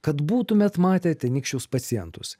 kad būtumėt matę tenykščius pacientus